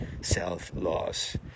self-loss